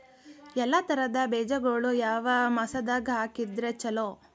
ಎಲ್ಲಾ ತರದ ಬೇಜಗೊಳು ಯಾವ ಮಾಸದಾಗ್ ಹಾಕಿದ್ರ ಛಲೋ?